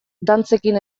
dantzekin